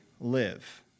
live